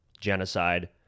genocide